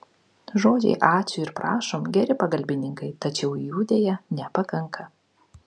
žodžiai ačiū ir prašom geri pagalbininkai tačiau jų deja nepakanka